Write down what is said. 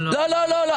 לא, לא, לא.